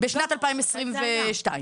בשנת 2022,